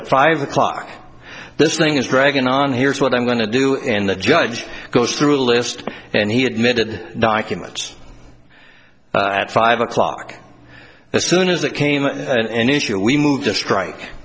at five o'clock this thing is dragging on here's what i'm going to do and the judge goes through a list and he admitted documents at five o'clock as soon as it came in an issue we moved to strike